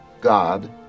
God